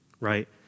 right